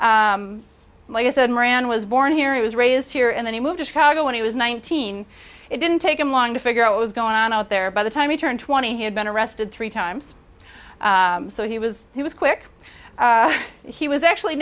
chicago like i said moran was born here he was raised here and then he moved to chicago when he was nineteen it didn't take him long to figure out what was going on out there by the time he turned twenty he had been arrested three times so he was he was quick he was actually